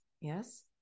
Yes